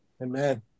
Amen